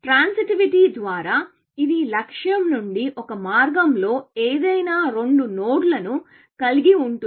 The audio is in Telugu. ట్రాన్సిటివిటీ ద్వారా ఇది లక్ష్యం నుండి ఒక మార్గంలో ఏదైనా రెండు నోడ్లను కలిగి ఉంటుంది